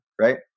Right